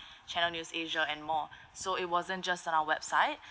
channel news asia and more so it wasn't just on our website